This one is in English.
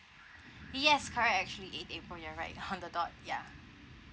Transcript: yes correct actually eight april you're right on the dot ya